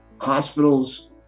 hospitals